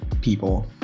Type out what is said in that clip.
people